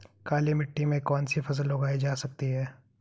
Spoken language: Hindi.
काली मिट्टी में कौनसी फसल उगाई जा सकती है?